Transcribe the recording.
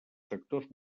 sectors